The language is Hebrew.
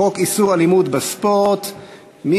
אני קובע שהצעת חוק איסור אלימות בספורט (תיקון,